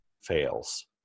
fails